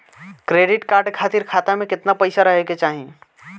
Credit card खातिर खाता में केतना पइसा रहे के चाही?